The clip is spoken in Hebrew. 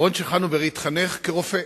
אהרן צ'חנובר התחנך כרופא,